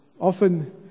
often